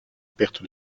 perte